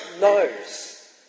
knows